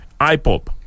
IPOP